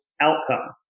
outcome